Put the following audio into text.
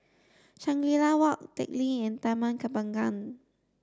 Shangri La Walk Teck Lee and Taman Kembangan